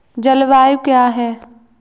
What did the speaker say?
जलवायु क्या है?